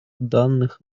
данных